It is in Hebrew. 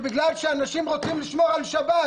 שבגלל שאנשים רוצים לשמור על שבת,